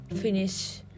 finish